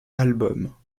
albums